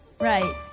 right